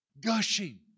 Gushing